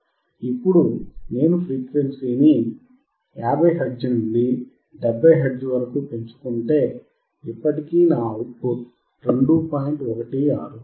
ఇప్పుడు నేను ఫ్రీక్వెన్సీని 50 హెర్ట్జ్ నుండి 70 హెర్ట్జ్ వరకు పెంచుకుంటే ఇప్పటికీ నా అవుట్ పుట్ 2